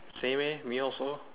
same eh me also